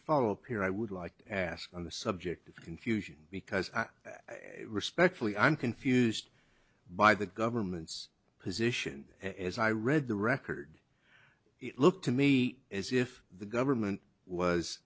follow up here i would like ask on the subject of confusion because respectfully i'm confused by the government's position as i read the record it looked to me as if the government was